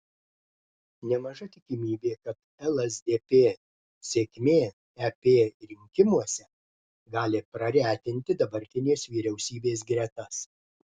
nemaža tikimybė kad lsdp sėkmė ep rinkimuose gali praretinti dabartinės vyriausybės gretas